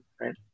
right